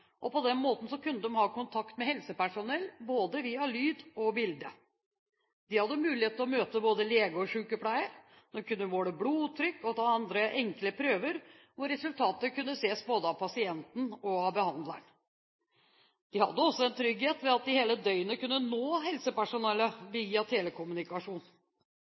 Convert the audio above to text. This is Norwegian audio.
På den måten kunne de ha kontakt med helsepersonell både via lyd og bilde. De hadde mulighet til å møte både lege og sykepleier, og de kunne måle blodtrykk og ta andre enkle prøver hvor resultatet kunne ses både av pasienten og av behandleren. De hadde også en trygghet ved at de hele døgnet kunne nå helsepersonell via telekommunikasjon.